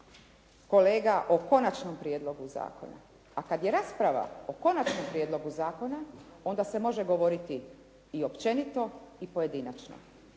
kolega o konačnom prijedlogu zakona, a kada je rasprava o konačnom prijedlogu zakona, onda se može govoriti i općenito i pojedinačno.